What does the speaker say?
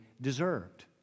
deserved